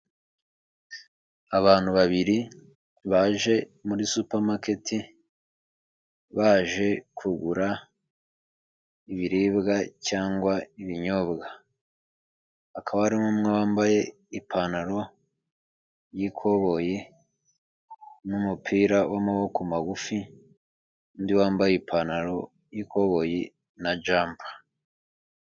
Abantu babiri baje muri supamaketi, baje kugura ibiribwa cyangwa ibinyobwa, hakaba hari umwe wambaye ipantaro y'ikoboyi n'umupira w'amaboko magufi, n'undi wambaye ipantaro y'ikoboye na jampa.